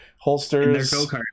holsters